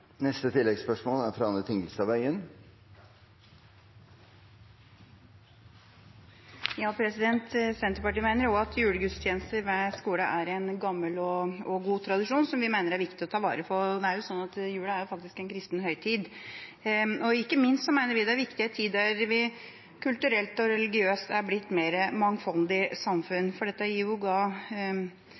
Anne Tingelstad Wøien – til oppfølgingsspørsmål. Senterpartiet mener også at julegudstjenester ved skolen er en gammel og god tradisjon, som vi mener det er viktig å ta vare på. Det er jo faktisk sånn at jula er en kristen høytid. Ikke minst mener vi det er viktig i en tid der vi kulturelt og religiøst er blitt et mer mangfoldig samfunn, for det bidrar til økt forståelse, og det er kanskje noe vi trenger i